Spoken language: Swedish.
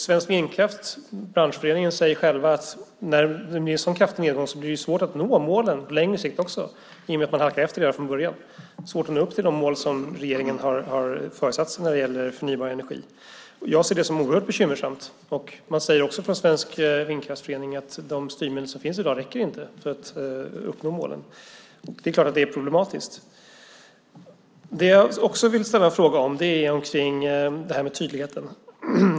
Svensk Vindkraftförening, branschföreningen, säger att det när det blir en så kraftig nedgång blir svårt att nå målen också på längre sikt i och med att man redan från början halkar efter. Att det blir svårt att nå de mål som regeringen föresatt sig när det gäller förnybar energi ser jag som oerhört bekymmersamt. Svensk Vindkraftförening säger också att de styrmedel som finns i dag inte räcker för att uppnå målen. Det är klart att detta är problematiskt. Det jag också vill ta upp är det här med tydligheten.